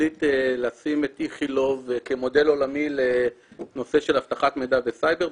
והחליט לשים את איכילוב כמודל עולמי לנושא של אבטחת מידע וסייבר.